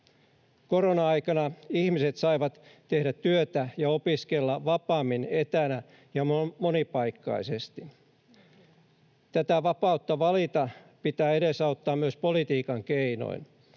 Korona-aikana ihmiset saivat tehdä työtä ja opiskella vapaammin etänä ja monipaikkaisesti. Tätä vapautta valita pitää edesauttaa myös politiikan keinoin.